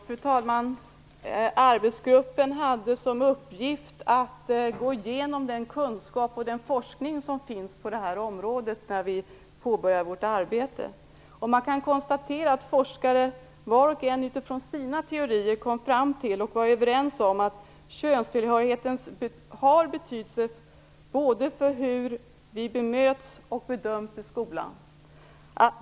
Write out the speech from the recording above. Fru talman! Vi i arbetsgruppen hade, när vi påbörjade vårt arbete, i uppgift att gå igenom den kunskap och den forskning som finns på detta område. Man kan konstatera att forskarna, var och en utifrån sina teorier, kom fram till och var överens om att könstillhörigheten har betydelse både för hur vi bemöts och för hur vi bedöms i skolan.